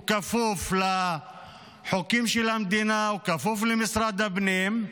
הוא כפוף לחוקים של המדינה, הוא כפוף למשרד הפנים,